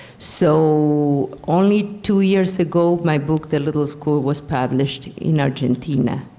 so only two years ago, my book the little school was published in argentina.